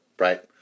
Right